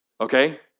Okay